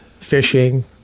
fishing